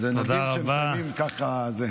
נדיר שמסיימים ככה.